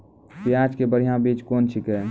प्याज के बढ़िया बीज कौन छिकै?